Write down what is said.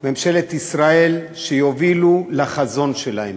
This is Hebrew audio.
ממשלת ישראל, שיובילו לחזון שלהם.